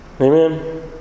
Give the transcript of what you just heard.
Amen